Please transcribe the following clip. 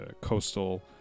coastal